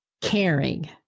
caring